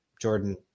Jordan